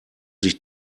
sich